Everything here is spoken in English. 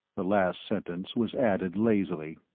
the last sentence was added lazily.